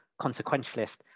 consequentialist